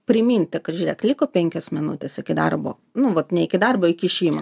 priminti kad žiūrėk liko penkios minutės iki darbo nu vat ne iki darbo įkišimo